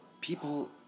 people